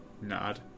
nod